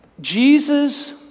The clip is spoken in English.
Jesus